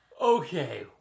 Okay